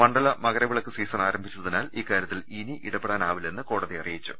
മണ്ഡല Makaravilakku season ആരംഭിച്ചതി നാൽ ഇക്കാര്യത്തിൽ ഇനി ഇടപെടാനാവില്ലെന്ന് കോടതി അറിയിച്ചു